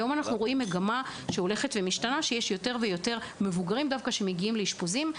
היום ניכרת מגמה לפיה יש יותר ויותר מבוגרים שמגיעים לאשפוזים.